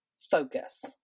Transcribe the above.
focus